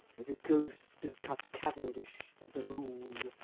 the ghost of cut cavendish, as a rule.